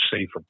safer